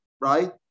Right